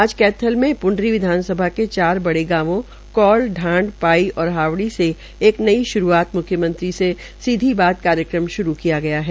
आज कैथल में पूंडरी विधानसभा के चार बड़े गांवो कौल ढांड पाई और हाबड़ी से एक नई श्रूआत म्ख्यमंत्री से सीधी बात कार्यक्रम शुरू किया गया है